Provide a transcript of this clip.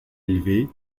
élevée